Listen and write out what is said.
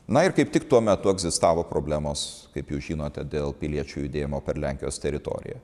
na ir kaip tik tuo metu egzistavo problemos kaip jau žinote dėl piliečių judėjimo per lenkijos teritoriją